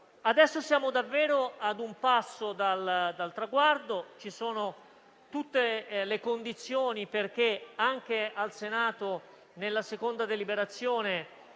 Adesso siamo davvero ad un passo dal traguardo e ci sono tutte le condizioni perché, anche al Senato, nella seconda deliberazione